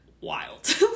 wild